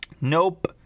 Nope